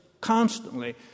constantly